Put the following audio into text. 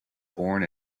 born